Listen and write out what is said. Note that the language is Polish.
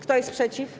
Kto jest przeciw?